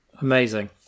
Amazing